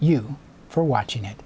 you for watching it